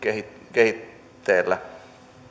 kehitteillä